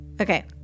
Okay